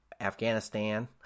Afghanistan